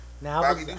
Now